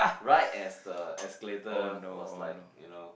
right as the escalator was like you know